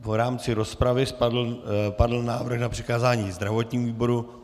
V rámci rozpravy padl návrh na přikázání zdravotnímu výboru.